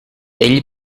ell